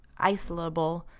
isolable